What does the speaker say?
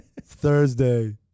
Thursday